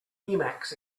emacs